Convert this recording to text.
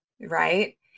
right